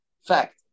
Fact